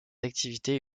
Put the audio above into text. activités